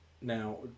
now